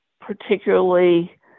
particularly